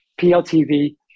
PLTV